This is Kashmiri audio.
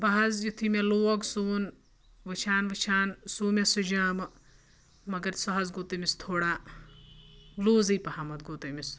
بہٕ حظ یُتھُے مےٚ لوگ سُوُن وٕچھان وٕچھان سُو مےٚ سُہ جامہٕ مگر سُہ حظ گوٚو تٔمِس تھوڑا لوٗزٕے پہمَتھ گوٚو تٔمِس سُہ